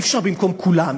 אי-אפשר במקום כולם,